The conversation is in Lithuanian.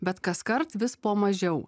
bet kaskart vis po mažiau